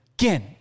again